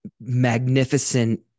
magnificent